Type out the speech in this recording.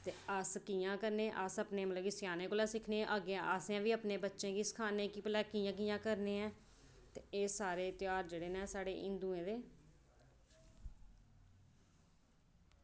ते अस कियां करने ते अस मतलब अपने सेआनै कोला सिक्खने ते अग्गें असें बी अपने बच्चें गी सखाना कि भला अग्गें कियां कियां करने आं ते एह् सारे ध्यार जेह्ड़े न एह् सारे हिंदुऐं दे